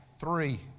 three